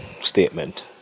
statement